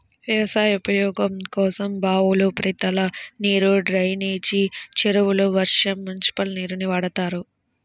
వ్యవసాయ ఉపయోగం కోసం బావులు, ఉపరితల నీరు, డ్రైనేజీ చెరువులు, వర్షం, మునిసిపల్ నీరుని వాడతారు